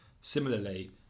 Similarly